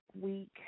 week